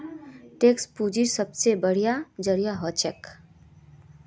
tax पूंजीर सबसे बढ़िया जरिया हछेक